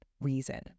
reason